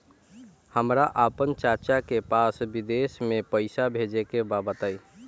हमरा आपन चाचा के पास विदेश में पइसा भेजे के बा बताई